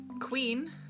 queen